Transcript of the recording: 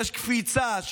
יש קפיצה,